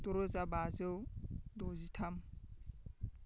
द'रोजा बाजौ दजिथाम